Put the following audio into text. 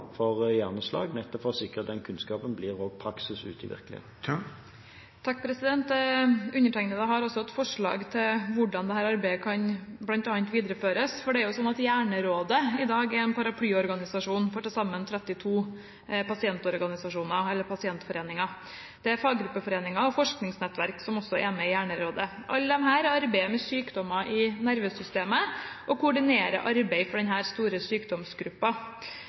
for hjerneslag, nettopp for å sikre at den kunnskapen også blir praksis ute i virkeligheten. Undertegnede har også et forslag til hvordan dette arbeidet kan videreføres. Hjernerådet er i dag en paraplyorganisasjon for til sammen 32 pasientorganisasjoner, eller pasientforeninger. Det er faggruppeforeninger og forskningsnettverk som også er med i Hjernerådet. Alle disse arbeider med sykdommer i nervesystemet og koordinerer arbeidet for denne store